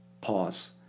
Pause